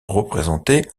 représenté